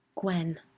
Gwen